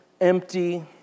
empty